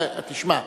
שמע,